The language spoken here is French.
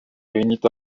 réunit